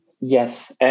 Yes